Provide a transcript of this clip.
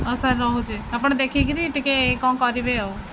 ହଉ ସାର୍ ରହୁଛି ଆପଣ ଦେଖିକିରି ଟିକେ କ'ଣ କରିବେ ଆଉ